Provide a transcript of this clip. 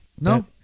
No